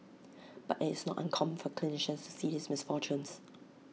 but IT is not uncommon for clinicians to see these misfortunes